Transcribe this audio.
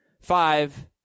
five